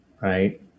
right